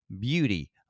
beauty